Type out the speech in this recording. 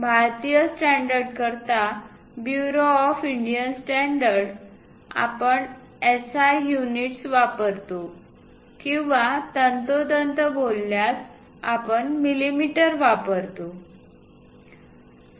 भारतीय स्टॅण्डर्ड करिता bureau of Indian standard आपण SI युनिट्स वापरतो किंवा तंतोतंत बोलल्यास आपण मिलीमीटर वापरतो